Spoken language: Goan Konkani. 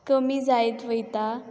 कमी जायत वयता